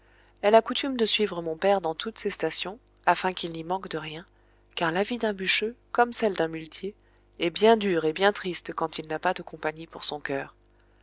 elle a coutume de suivre mon père dans toutes ses stations afin qu'il n'y manque de rien car la vie d'un bûcheux comme celle d'un muletier est bien dure et bien triste quand il n'a pas de compagnie pour son coeur